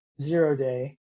zero-day